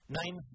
name